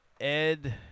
Ed